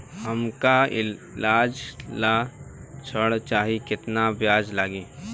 हमका ईलाज ला ऋण चाही केतना ब्याज लागी?